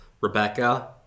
Rebecca